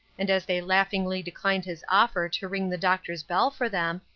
and as they laughingly declined his offer to ring the doctor's bell for them,